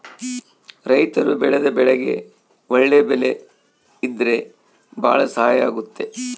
ರೈತರು ಬೆಳೆದ ಬೆಳೆಗೆ ಒಳ್ಳೆ ಬೆಲೆ ಇದ್ರೆ ಭಾಳ ಸಹಾಯ ಆಗುತ್ತೆ